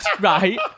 right